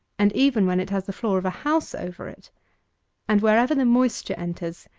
and even when it has the floor of a house over it and wherever the moisture enters,